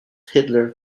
hitler